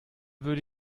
würde